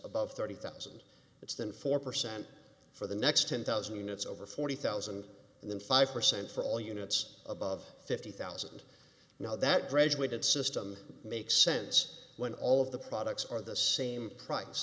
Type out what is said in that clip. above thirty thousand that's than four percent for the next ten thousand units over forty thousand and then five percent for all units above fifty thousand now that graduated system makes sense when all of the products are the same price